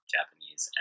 Japanese